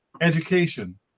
Education